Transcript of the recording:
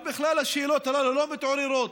ובכלל השאלות הללו לא מתעוררות.